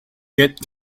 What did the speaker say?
get